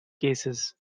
cases